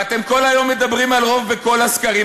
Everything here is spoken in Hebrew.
ואתם כל היום מדברים על רוב בכל הסקרים,